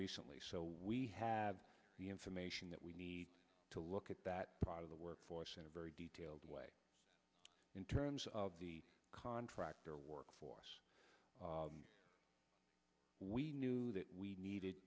recently so we have the information that we need to look at that part of the workforce in a very detailed way in terms of the contractor workforce we knew that we needed